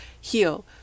heal